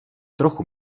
trochu